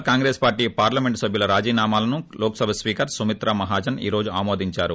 are Congress parliament సబ్బుల రాజీనామాలను Lok Sabha speaker Sumitra Mahajan ఈ రోజు ఆమోదించారు